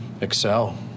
excel